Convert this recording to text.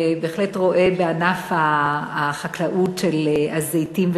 ובהחלט רואה בענף החקלאות של הזיתים,